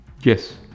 Yes